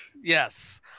Yes